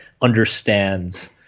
understands